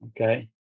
Okay